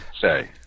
say